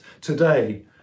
today